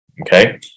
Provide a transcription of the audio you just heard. okay